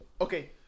Okay